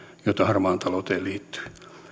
joita harmaaseen talouteen liittyy